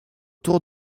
tour